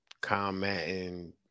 commenting